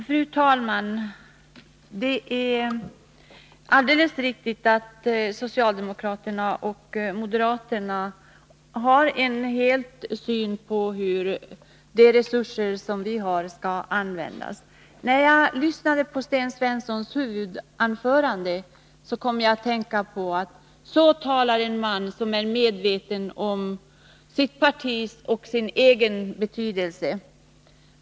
Fru talman! Det är alldeles riktigt att socialdemokraterna och moderaterna har helt olika syn på hur de resurser vi har skall användas. När jag lyssnade på Sten Svenssons huvudanförande tänkte jag: Så talar en man som är medveten om sitt partis och sin egen betydelse.